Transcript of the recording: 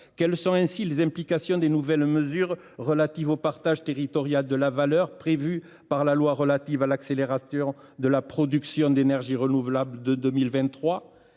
quelles sont les implications des nouvelles mesures relatives au partage territorial de la valeur prévu par la loi du 10 mars 2023 relative à l’accélération de la production d’énergies renouvelables ?